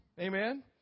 Amen